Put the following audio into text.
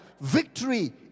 victory